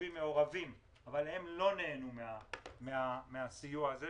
בישובים מעורבים אבל הם לא נהנו מן הסיוע הזה.